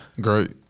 Great